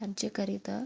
କାର୍ଯ୍ୟକାରିତା